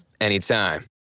anytime